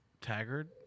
Taggart